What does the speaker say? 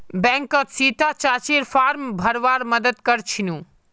बैंकत सीता चाचीर फॉर्म भरवार मदद कर छिनु